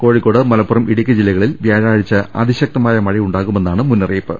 കോഴിക്കോട് മലപ്പുറം ഇടുക്കി ജില്ലക ളിൽ വ്യാഴാഴ്ച്ച അതിശക്തമായ മഴയുണ്ടാകുമെന്നാണ് മുന്നറിയിപ്പ്